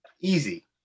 easy